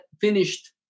finished